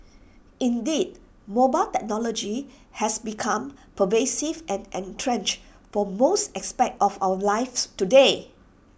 indeed mobile technology has become pervasive and entrenched for most aspects of our lives today